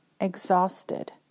exhausted